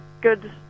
good